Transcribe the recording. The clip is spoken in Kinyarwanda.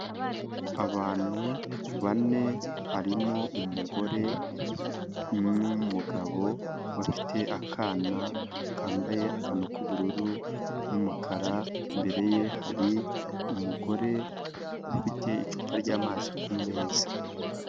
Abantu bane, harimo umugore n'umugabo, bafite akana kambaye akantu k'ubururu n'umukara, imbere ye hari umugore, ufite icupa ry'amazi ku meza.